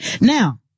Now